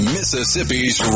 Mississippi's